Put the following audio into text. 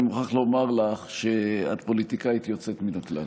אני מוכרח לומר לך שאת פוליטיקאית יוצאת מן הכלל,